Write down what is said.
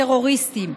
טרוריסטים.